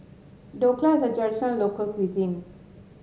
dhokla is a traditional local cuisine